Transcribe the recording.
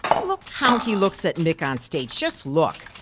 look how he looks at mick on stage. just look.